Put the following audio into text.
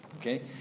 Okay